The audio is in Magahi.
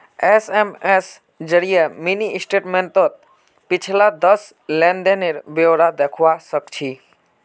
एस.एम.एस जरिए मिनी स्टेटमेंटत पिछला दस लेन देनेर ब्यौरा दखवा सखछी